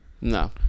No